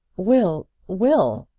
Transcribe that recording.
will will!